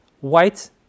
white